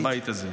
את הבית הזה.